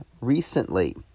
recently